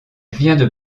vient